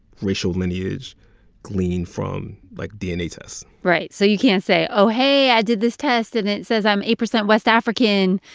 racial lineage gleaned from, like, dna tests right. so you can't say, oh, hey, i did this test and it says i'm eight percent west african,